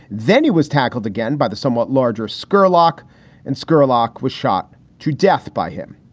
then he was tackled again by the somewhat larger scurlock and scurlock was shot to death by him.